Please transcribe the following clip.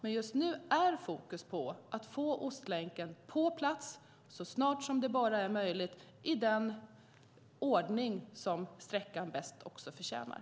Men just nu är fokus på att få Ostlänken på plats så snart som det bara är möjligt i den ordning som sträckan bäst förtjänar.